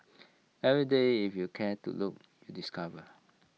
every day if you care to look you discover